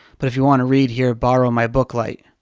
but if you want to read, here. borrow my book light.